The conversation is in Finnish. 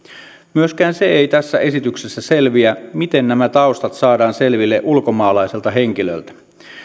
myöskään se ei tässä esityksessä selviä miten nämä taustat saadaan selville ulkomaalaiselta henkilöltä